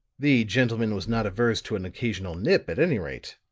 the gentleman was not averse to an occasional nip, at any rate,